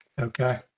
Okay